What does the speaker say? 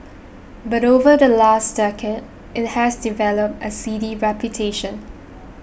but over the last decade it has developed a seedy reputation